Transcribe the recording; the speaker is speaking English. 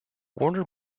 warner